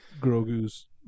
Grogu's